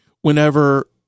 whenever